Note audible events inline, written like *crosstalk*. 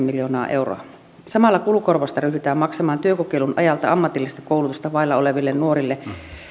*unintelligible* miljoonaa euroa samalla kulukorvausta ryhdytään maksamaan työkokeilun ajalta ammatillista koulutusta vailla oleville nuorille